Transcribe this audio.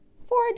Four